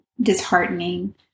disheartening